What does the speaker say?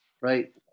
right